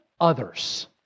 others